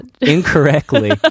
Incorrectly